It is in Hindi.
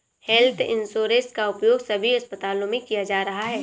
हेल्थ इंश्योरेंस का उपयोग सभी अस्पतालों में किया जा रहा है